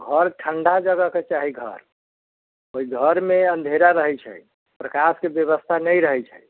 आ घर ठण्डा जगहके चाही घर ओहि घरमे अँधेरा रहैत छै प्रकाशके व्यवस्था नहि रहैत छै